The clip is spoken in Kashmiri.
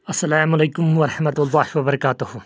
السلام علیکم ورحمتہ اللہ وبرکاتہُ